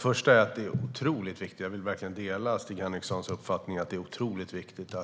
Fru talman! Jag delar Stig Henrikssons uppfattning att det är otroligt viktigt